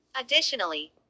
Additionally